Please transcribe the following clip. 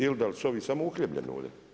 Ili da su ovi samo uhljebljeni ovdje.